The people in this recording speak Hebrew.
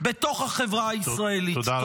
בתוך החברה הישראלית.